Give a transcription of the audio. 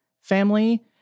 family